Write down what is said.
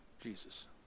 Jesus